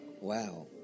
Wow